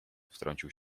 wtrącił